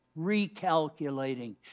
recalculating